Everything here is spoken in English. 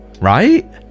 Right